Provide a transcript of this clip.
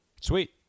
Sweet